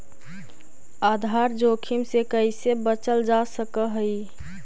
आधार जोखिम से कइसे बचल जा सकऽ हइ?